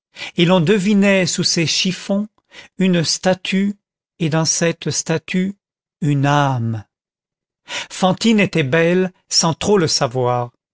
et l'on devinait sous ces chiffons une statue et dans cette statue une âme fantine était belle sans trop le savoir